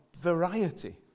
variety